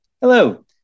Hello